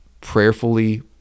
prayerfully